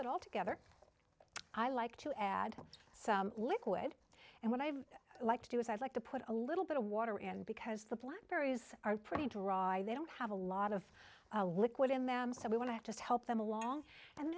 it all together i like to add some liquid and what i've like to do is i'd like to put a little bit of water in because the black berries are pretty dry they don't have a lot of a liquid in them so we want to just help them along and